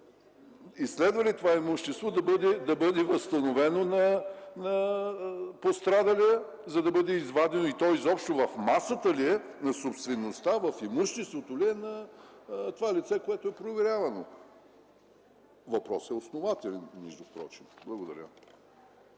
и следва ли това имущество да бъде възстановено на пострадалия, за да бъде извадено и то изобщо в масата ли е на собствеността, в имуществото ли е на това лице, което е проверявано? Впрочем въпросът е основателен. Благодаря.